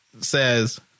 says